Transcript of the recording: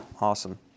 Awesome